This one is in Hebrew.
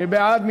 מי בעד?